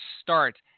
start